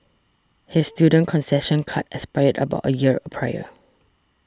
his student concession card expired about a year prior